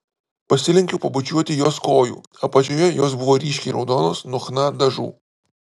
pasilenkiau pabučiuoti jos kojų apačioje jos buvo ryškiai raudonos nuo chna dažų